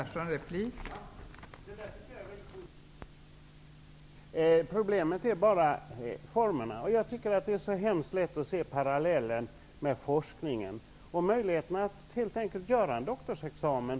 Fru talman! Det är helt riktigt. Problemet är bara formerna. Jag tycker att det är hemskt lätt att se parallellen med forskningen och möjligheterna att avlägga en doktorsexamen.